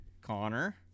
Connor